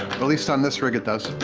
but least on this rig it does.